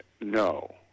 no